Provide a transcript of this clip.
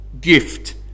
gift